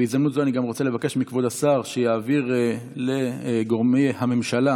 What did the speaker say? בהזדמנות זו אני גם רוצה לבקש מכבוד השר שיעביר לגורמי הממשלה